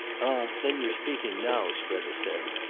ah then you're speaking now, strether said,